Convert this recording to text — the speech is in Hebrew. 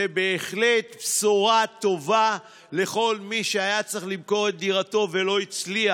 זו בהחלט בשורה טובה לכל מי שהיה צריך למכור את דירתו ולא הצליח.